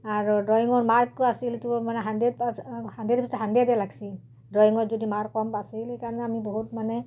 আৰু ড্ৰয়িঙৰ মাৰ্কটো আছিলটো মানে হাণ্ড্ৰেডৰ হাণ্ড্ৰেডে লাগছিল ড্ৰয়িঙত যদি মাৰ্ক কম সেইকাৰণে আমি বহুত মানে